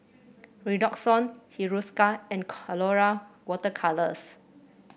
Redoxon Hiruscar and Colora Water Colours